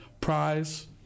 Prize